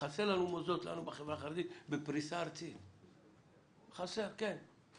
מוסדות בחברה החרדית בפריסה ארצית אבל אנחנו